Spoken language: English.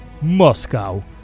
Moscow